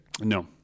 No